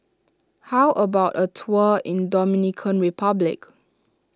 how about a tour in Dominican Republic